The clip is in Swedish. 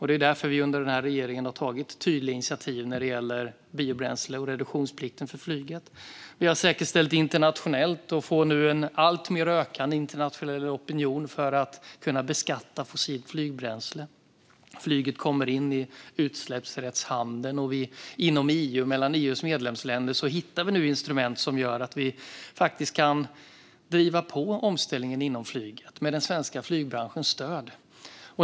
Det är därför regeringen har tagit tydliga initiativ när det gäller biobränsle och flygets reduktionsplikt. Den internationella opinionen för att beskatta fossilt flygbränsle ökar alltmer, och flyget kommer in i utsläppsrättshandeln. Inom EU och mellan EU:s medlemsländer hittar vi nu instrument som gör att vi kan driva på omställningen inom flyget, med den svenska flygbranschens stöd.